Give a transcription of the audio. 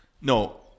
No